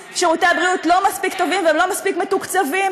הבריאות לא מספיק טובים ולא מספיק מתוקצבים,